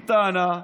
היא טענה: